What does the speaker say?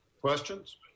Questions